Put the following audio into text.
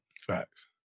Facts